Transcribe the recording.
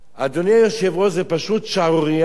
אדוני היושב-ראש, זו פשוט שערורייה.